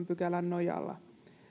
pykälän nojalla